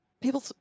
people